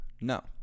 No